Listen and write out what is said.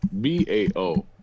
B-A-O